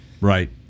Right